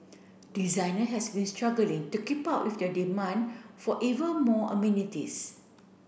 designer has been struggling to keep up with the demand for even more amenities